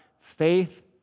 Faith